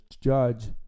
judge